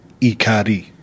Ikari